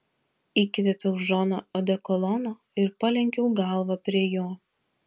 įkvėpiau džono odekolono ir palenkiau galvą prie jo